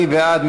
מי בעד?